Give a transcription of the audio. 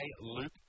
Luke